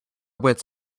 wits